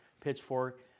pitchfork